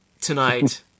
tonight